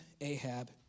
Ahab